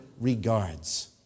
regards